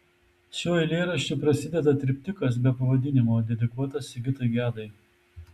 šiuo eilėraščiu prasideda triptikas be pavadinimo dedikuotas sigitui gedai